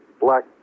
black